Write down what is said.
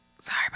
Sorry